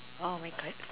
oh my God